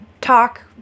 talk